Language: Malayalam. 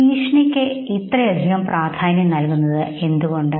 ഭീഷണിക്ക് ഇത്രയധികം പ്രാധാന്യം നൽകുന്നത് എന്തുകൊണ്ട്